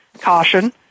caution